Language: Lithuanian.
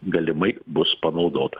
galimai bus panaudotas